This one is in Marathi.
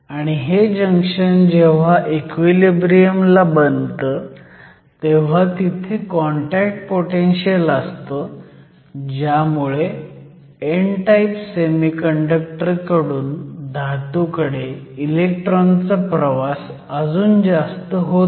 आणि हे जंक्शन जेव्हा इक्विलिब्रियम ला बनतं तेव्हा तिथे कॉन्टॅक्ट पोटेनशीयल असतं ज्यामुळे n टाईप सेमीकंडक्टर कडून धातूकडे इलेक्ट्रॉनचा प्रवास अजून जास्त होत नाही